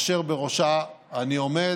אשר בראשה אני עומד.